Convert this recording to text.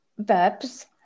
verbs